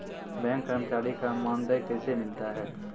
Bank कर्मचारी का मानदेय कैसे मिलता हैं?